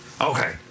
Okay